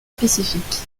spécifiques